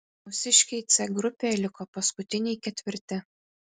mūsiškiai c grupėje liko paskutiniai ketvirti